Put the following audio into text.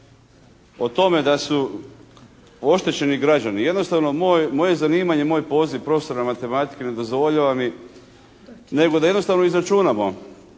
o tome da su oštećeni građani. Jednostavno moje zanimanje, moj poziv profesora matematike ne dozvoljava mi nego da jednostavno izračunamo